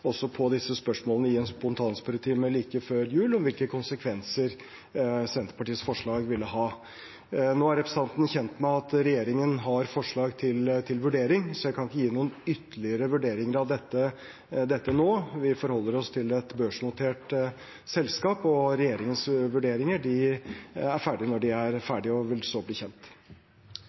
om hvilke konsekvenser Senterpartiets forslag ville ha. Nå er representanten kjent med at regjeringen har forslag til vurdering, så jeg kan ikke gi noen ytterligere vurderinger av dette nå. Vi forholder oss til et børsnotert selskap, og regjeringens vurderinger er ferdige når de er ferdige, og vil så bli kjent.